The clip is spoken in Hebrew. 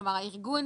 כלומר הארגון